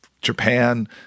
Japan